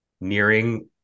nearing